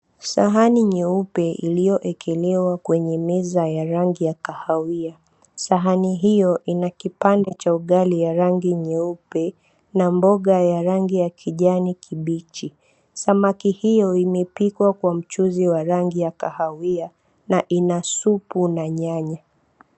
Sahani nyeupe iliyowekelewa kwenye sahani ya rangi ya kahawia. Sahani hiyo ina kipande cha ugali cha rangi nyeupe na mboga ya rangi ya kijani kibichi. Samaki hiyo imepikwa kwa mchuzi wa kahawia na una supu na nyanya.